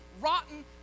rotten